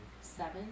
Seven